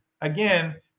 Again